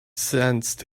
sensed